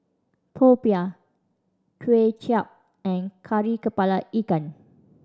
popiah Kway Chap and Kari Kepala Ikan